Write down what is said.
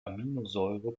aminosäure